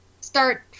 start